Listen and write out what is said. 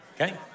Okay